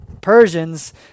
Persians